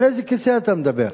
על איזה כיסא אתה מדבר?